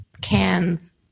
cans